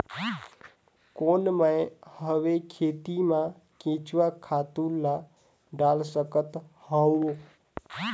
कौन मैं हवे खेती मा केचुआ खातु ला डाल सकत हवो?